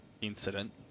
incident